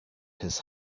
his